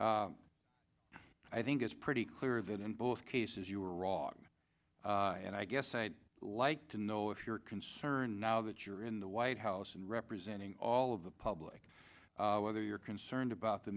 them i think it's pretty clear that in both cases you are wrong and i guess i'd like to know if you're concerned now that you're in the white house and representing all of the public whether you're concerned about the